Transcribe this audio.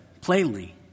plainly